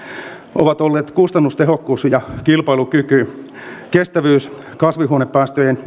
ovat olleet kustannustehokkuus ja kilpailukyky kestävyys kasvihuonepäästöjen